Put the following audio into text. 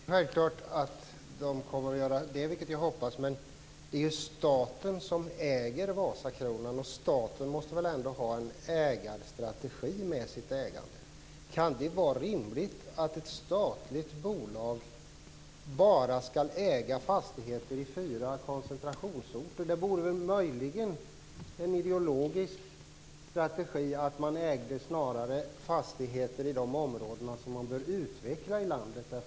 Fru talman! Självklart kommer de att göra det, det är vad jag hoppas. Men det är staten som äger Vasakronan, och staten måste väl ändå ha en ägarstrategi med sitt ägande. Kan det vara rimligt att ett statligt bolag bara ska äga fastigheter i fyra koncentrationsorter? Det vore möjligen en ideologisk strategi att man snarare ägde fastigheter i de områden som man vill utveckla i landet.